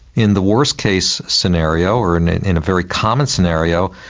in the worst case scenario or and in a very common scenario,